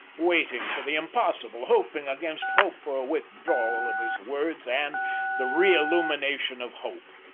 waiting for the impossible, hoping against hope for a withdrawal of his words and the reillumination of hope.